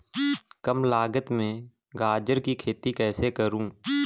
कम लागत में गाजर की खेती कैसे करूँ?